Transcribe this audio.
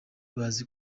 bazi